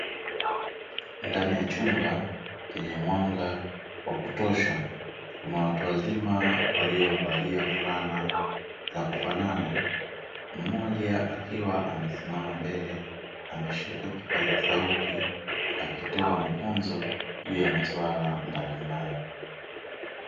Ndani ya chumba chenye mwanga wa kutosha kuna watu wazima waliovalia fulana za kufanana, mmoja akiwa amesimama mbele ameshika kipaza sauti akitoa mafunzo juu ya maswala mbalimbali.